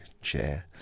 chair